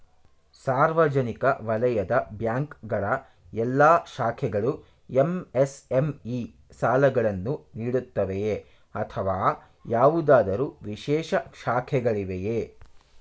ಸಾರ್ವಜನಿಕ ವಲಯದ ಬ್ಯಾಂಕ್ ಗಳ ಎಲ್ಲಾ ಶಾಖೆಗಳು ಎಂ.ಎಸ್.ಎಂ.ಇ ಸಾಲಗಳನ್ನು ನೀಡುತ್ತವೆಯೇ ಅಥವಾ ಯಾವುದಾದರು ವಿಶೇಷ ಶಾಖೆಗಳಿವೆಯೇ?